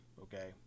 Okay